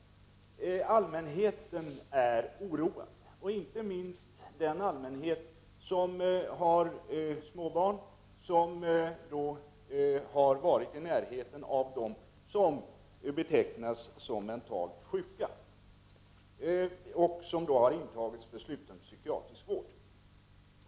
Det framgår att allmänheten är oroad, inte minst de som har små barn som har varit i närheten av dem som betecknas som mentalt sjuka och som intagits för sluten psykiatrisk vård.